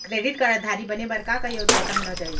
Credit card धारी बने बर का का योग्यता होना चाही?